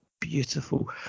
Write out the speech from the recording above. beautiful